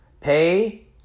pay